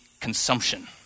consumption